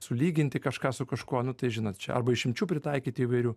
sulyginti kažką su kažkuo nu tai žinot čia arba išimčių pritaikyti įvairių